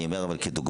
אני אומר כדוגמה,